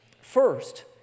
First